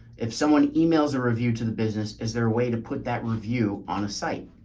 if someone emails a review to the business, is there a way to put that review on a site?